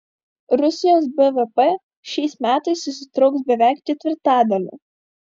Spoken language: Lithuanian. rusijos bvp šiais metais susitrauks beveik ketvirtadaliu